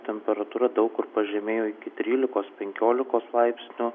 temperatūra daug kur pažemėjo iki trylikos penkiolikos laipsnių